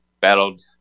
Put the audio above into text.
battled